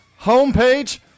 homepage